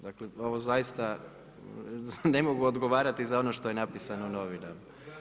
Dakle ovo zaista ne mogu odgovarati za ono što je napisano u novinama.